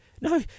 no